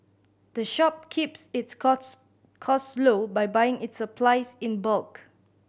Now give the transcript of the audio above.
the shop keeps its costs costs low by buying its supplies in bulk